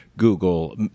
google